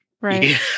Right